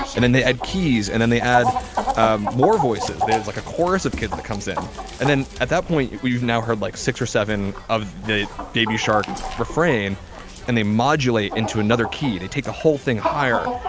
and then they add keys, and then they add um more voices. there's like a chorus of kids that comes in and then, at that point, you've now heard like six or seven of the baby shark refrain and they modulate into another key. they take the whole thing higher,